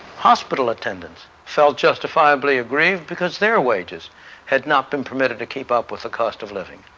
hospital attendants felt justifiably aggrieved because their wages had not been permitted to keep up with the cost of living.